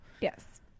Yes